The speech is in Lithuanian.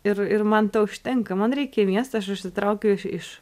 ir ir man to užtenka man reikia į miestą aš išsitraukiu iš